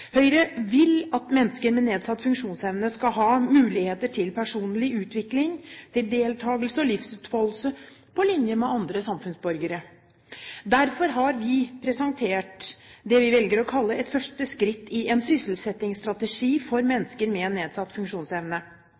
Høyre vil at mennesker med nedsatt funksjonsevne skal ha muligheter til personlig utvikling, til deltakelse og livsutfoldelse på linje med andre samfunnsborgere. Derfor har vi presentert det vi velger å kalle et første skritt i en sysselsettingsstrategi for mennesker med nedsatt funksjonsevne.